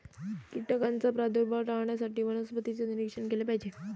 कीटकांचा प्रादुर्भाव टाळण्यासाठी वनस्पतींचे निरीक्षण केले पाहिजे